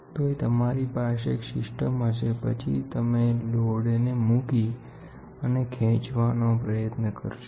તોય તમારી પાસે એક સિસ્ટમ હશે પછી તમે લોડ ને મૂકી અને ખેંચવાનો પ્રયત્ન કરશો